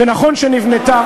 ונכון שנבנתה,